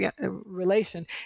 relation